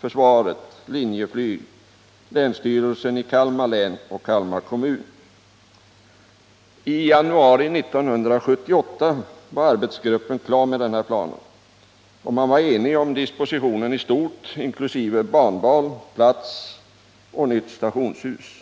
försvaret, Linjeflyg, länsstyrelsen i Kalmar län och Kalmar kommun ingått. I januari 1978 var arbetsgruppen klar med planen, och man var enig om dispositionen i stort inkl. banval och plats för nytt stationshus.